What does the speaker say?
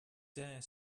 dare